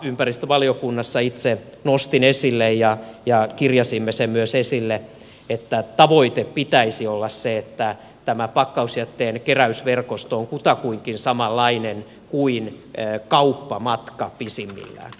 ympäristövaliokunnassa itse nostin esille ja kirjasimme sen myös esille että tavoitteen pitäisi olla se että tämä pakkausjätteen keräysverkosto on kutakuinkin samanlainen kuin kauppamatka pisimmillään